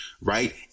Right